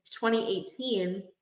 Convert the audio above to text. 2018